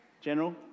General